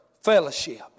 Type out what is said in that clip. fellowship